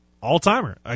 all-timer